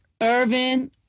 Irvin